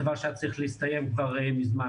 זה דבר שהיה צריך להסתיים כבר מזמן,